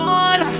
on